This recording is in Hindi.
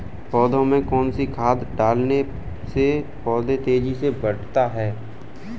पौधे में कौन सी खाद डालने से पौधा तेजी से बढ़ता है?